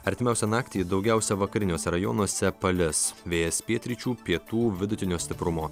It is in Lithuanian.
artimiausią naktį daugiausia vakariniuose rajonuose palis vėjas pietryčių pietų vidutinio stiprumo